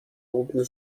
oben